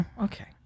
Okay